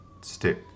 stick